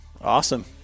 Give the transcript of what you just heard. awesome